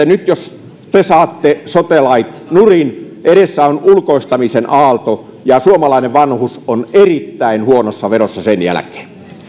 nyt jos te saatte sote lait nurin edessä on ulkoistamisen aalto ja suomalainen vanhus on erittäin huonossa vedossa sen jälkeen